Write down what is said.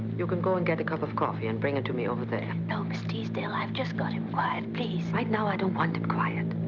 you can and get a cup of coffee. and bring it to me over there. no, miss teasdale, i've just got him quiet, please. right now, i don't want him quiet.